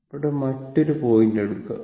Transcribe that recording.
ഇവിടെ മറ്റൊരു പോയിന്റ് എടുക്കുക